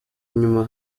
inyuma